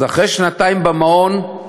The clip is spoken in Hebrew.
אז אחרי שנתיים במעון,